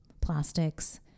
plastics